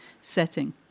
setting